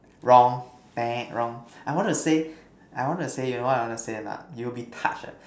wrong wrong I wanna say I wanna say you know what I want to say lah you will be touched ah